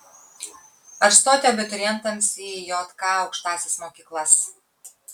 ar stoti abiturientams į jk aukštąsias mokyklas